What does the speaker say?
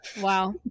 Wow